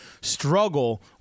struggle